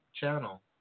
channel